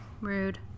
Rude